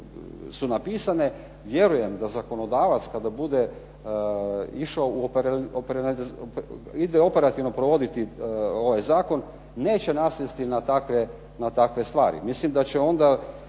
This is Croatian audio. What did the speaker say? su napisane, vjerujem da zakonodavac kada bude išao, ide operativno provoditi ovaj zakon, neće nasjesti na takve stvari. Mislim da će onda